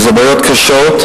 וזה בעיות קשות,